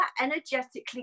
energetically